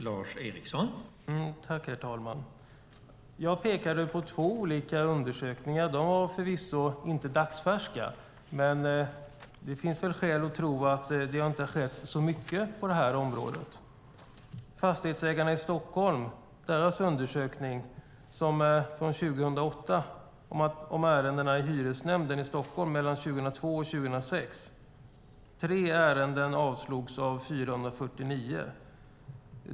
Herr talman! Jag pekade på två olika undersökningar. De var förvisso inte dagsfärska, men det finns väl skäl att tro att det inte har hänt så mycket på det här området. Fastighetsägarna i Stockholm har en undersökning från 2008 om ärendena i hyresnämnden i Stockholm mellan 2002 och 2006. Där framgår att tre ärenden avslogs av 449.